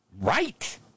Right